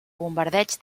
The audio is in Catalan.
bombardeig